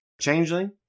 Changeling